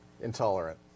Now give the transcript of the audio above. Intolerant